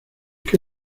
que